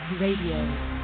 Radio